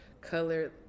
color